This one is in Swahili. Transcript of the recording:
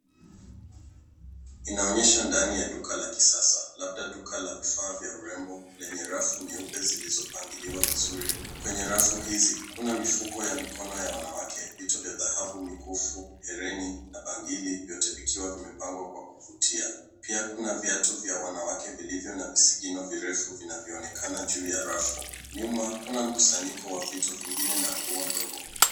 Inaonyesha ndani ya duka la kisasa labda duka ya vifaa vya urembo lenye rafu nyeupe zilizopangiliwa vizuri. Kwenye rafu hizi, kuna mifuko ya mikono ya wanawake, vitu vya dhahabu; mikufu, hereni na bangili, vyote vikiwa vimepangwa kwa kuvutia. Pia kuna viatu vya wanawake vilivyo na visigino virefu vinavyoonekana juu ya rafu. Nyuma, kuna mkusanyiko wa vitu vingine na nguo ndogo.